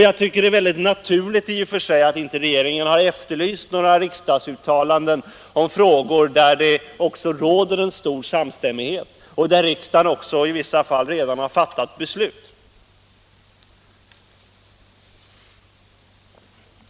Jag tycker att det i och för sig är naturligt att regeringen inte efterlyst några riksdagsuttalanden om frågor där det råder stor samstämmighet och där riksdagen i vissa fall redan har fattat beslut.